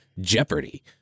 Jeopardy